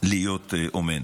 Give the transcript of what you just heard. להיות אומן.